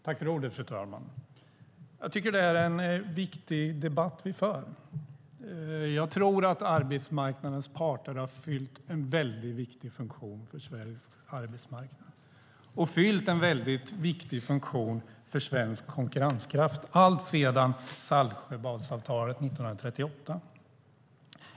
Fru talman! Jag tycker att det är en viktig debatt vi för. Jag tror att arbetsmarknadens parter har fyllt en viktig funktion för Sveriges arbetsmarknad. Den har fyllt en viktig funktion för svensk konkurrenskraft alltsedan Saltsjöbadsavtalet 1938.